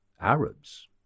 Arabs